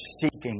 seeking